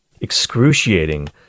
excruciating